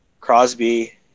Crosby